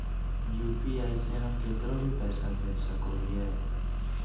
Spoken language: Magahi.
यू.पी.आई से हम केकरो भी पैसा भेज सको हियै?